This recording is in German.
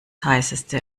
heißeste